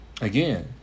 again